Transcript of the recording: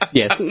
yes